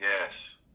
Yes